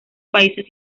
países